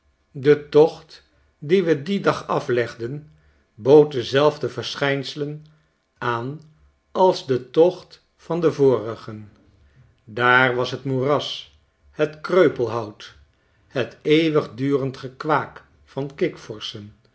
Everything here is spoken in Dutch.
de tocht dien we dien dag aflegden bood dezelfde verschijnselen aan als de tocht van den vorigen daar was t moeras het kreupelhout het eeuwigdurend gekwaak van